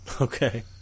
Okay